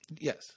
Yes